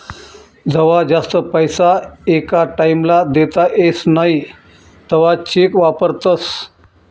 जवा जास्त पैसा एका टाईम ला देता येस नई तवा चेक वापरतस